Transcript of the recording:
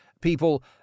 people